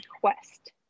quest